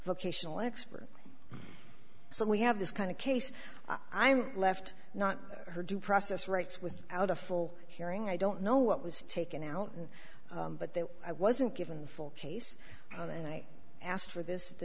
vocational expert so we have this kind of case i'm left not her due process rights with out a full hearing i don't know what was taken out and but then i wasn't given the full case and i asked for this the